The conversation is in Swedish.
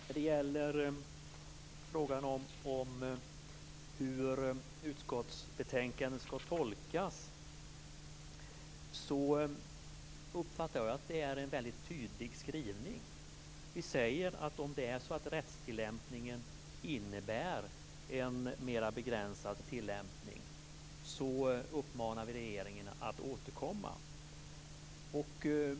Fru talman! När det gäller frågan om hur utskottsbetänkandet skall tolkas uppfattar jag att det är en väldigt tydlig skrivning. Om rättstillämpningen innebär en mer begränsad tillämpning, uppmanar vi regeringen att återkomma.